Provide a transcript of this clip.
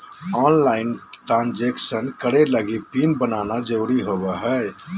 online transaction करे लगी PIN बनाना जरुरी होबो हइ